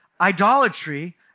idolatry